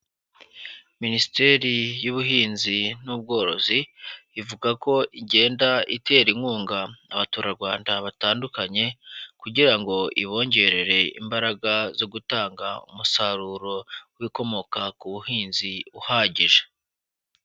Minisiteri y'Ubuhinzi n'Ubworozi ivuga ko igenda itera inkunga abaturarwanda batandukanye, kugira ngo ibongerere imbaraga zo gutanga umusaruro w'ibikomoka ku buhinzi uhagije.